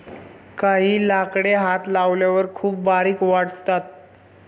काही लाकडे हात लावल्यावर खूप बारीक वाटतात